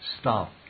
Stop